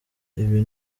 ibi